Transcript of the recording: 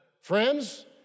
Friends